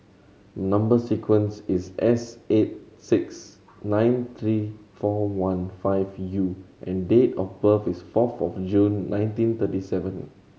number sequence is S eight six nine three four one five U and date of birth is four fourth June nineteen thirty seven